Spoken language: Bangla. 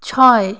ছয়